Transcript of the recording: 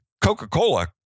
Coca-Cola